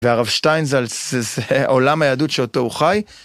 והרב שטיינזלץ... עולם היהדות שאותו הוא חי.